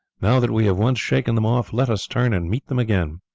now that we have once shaken them off, let us turn and meet them again.